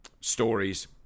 stories